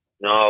No